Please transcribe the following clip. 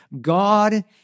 God